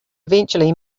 eventually